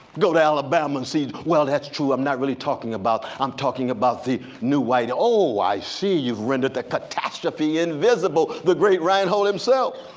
go to alabama and see. well that's true i'm not really talking about, i'm talking about the new white. oh, i see you've rendered the catastrophe invisible, the great reinhold himself.